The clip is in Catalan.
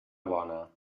bona